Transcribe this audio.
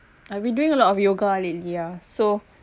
I've been doing a lot of yoga lately ah so